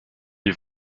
die